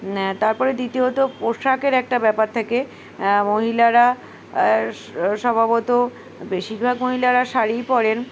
তারপরে দ্বিতীয়ত পোশাকের একটা ব্যাপার থাকে মহিলারা স্বভাবত বেশিরভাগ মহিলারা শাড়ি পরেন